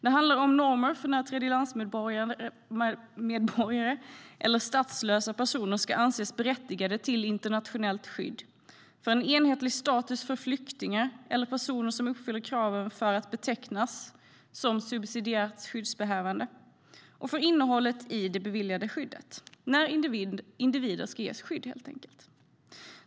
Det handlar om normer för när tredjelandsmedborgare eller statslösa personer ska anses berättigade till internationellt skydd, för en enhetlig status för flyktingar eller personer som uppfyller kraven för att betecknas som subsidiärt skyddsbehövande och för innehållet i det beviljade skyddet - när individer ska ges skydd, helt enkelt.